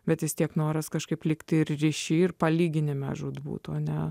bet jis tiek noras kažkaip likti ir ryšį ir palyginime žūtbūt o ne